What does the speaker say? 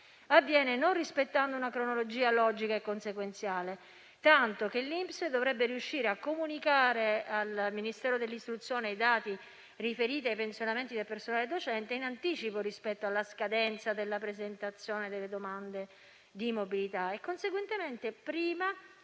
avviene non rispettando una cronologia logica e consequenziale, tanto che l'INPS dovrebbe riuscire a comunicare al Ministero i dati riferiti ai pensionamenti del personale docente in anticipo rispetto alla scadenza della presentazione delle domande di mobilità e conseguentemente prima